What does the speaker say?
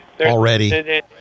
Already